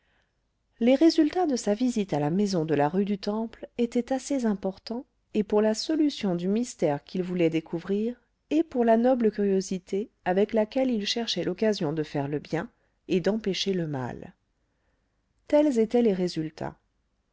les résultats de sa visite à la maison de la rue du temple étaient assez importants et pour la solution du mystère qu'il voulait découvrir et pour la noble curiosité avec laquelle il cherchait l'occasion de faire le bien et d'empêcher le mal tels étaient les résultats